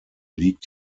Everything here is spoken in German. liegt